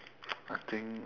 I think